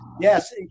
yes